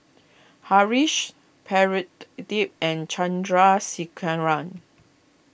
Haresh Pradip and Chandrasekaran